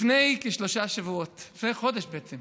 לפני כשלושה שבועות, לפני חודש בעצם,